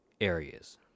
areas